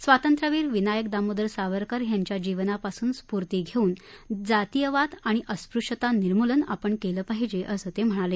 स्वांतत्र्यवीर विनायक दामोदर सावरकर यांच्या जीवनापासून स्फूर्ती घेऊन जातीयवाद आणि अस्पृश्यता निर्मूलन आपण केलं पाहिजे असं ते म्हणाले